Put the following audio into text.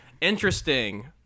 Interesting